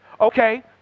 Okay